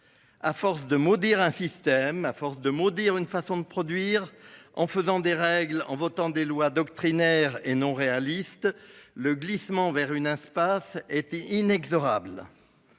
À force de maudire un système à force de maudire une façon de produire en faisant des règles en votant des lois doctrinaire et non réaliste le glissement vers une impasse était inexorable.